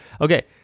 okay